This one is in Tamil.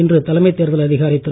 இன்று தலைமை தேர்தல் அதிகாரி திரு